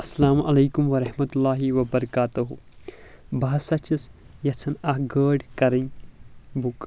اسلامُ علیکم ورحمتہ اللّٰہِ وبرکاتہُ بہٕ ہسا چھُس یژھان اَکھ گأڑۍ کرٕنۍ بُک